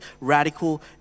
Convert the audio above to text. radical